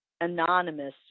anonymous